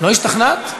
לא השתכנעת?